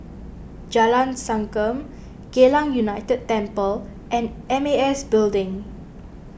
Jalan Sankam Geylang United Temple and M A S Building